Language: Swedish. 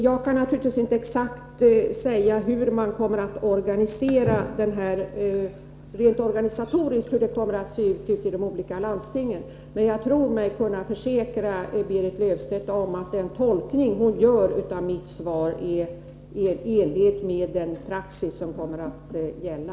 Jag kan naturligtvis inte säga exakt hur man kommer att organisera vården eller hur det kommer att se ut rent organisatoriskt i de olika landstingen, men jag tror mig kunna försäkra Berit Löfstedt om att den tolkning hon gör av mitt svar är i enlighet med den praxis som kommer att gälla.